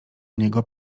niego